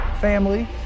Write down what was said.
Family